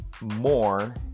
more